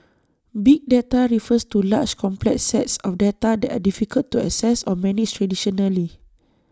big data refers to large complex sets of data that are difficult to access or manage traditionally